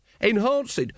enhanced